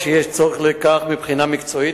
תשובת השר לביטחון פנים יצחק אהרונוביץ: (לא נקראה,